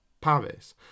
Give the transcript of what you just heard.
Paris